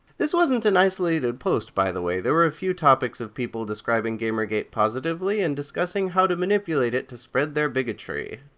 this wasn't an isolated post, by the way. there were a few full topics of people describing gamergate positively and discussing how to manipulate it to spread their bigotry.